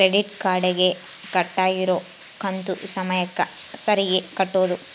credit card ಗೆ ಕಟ್ಬಕಾಗಿರೋ ಕಂತು ಸಮಯಕ್ಕ ಸರೀಗೆ ಕಟೋದು